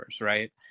right